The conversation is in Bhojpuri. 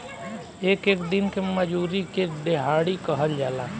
एक एक दिन के मजूरी के देहाड़ी कहल जाला